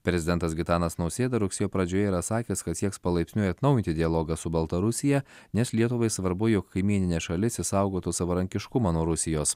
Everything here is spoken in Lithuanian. prezidentas gitanas nausėda rugsėjo pradžioje yra sakęs kad sieks palaipsniui atnaujinti dialogą su baltarusija nes lietuvai svarbu jog kaimyninė šalis išsaugotų savarankiškumą nuo rusijos